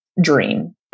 dream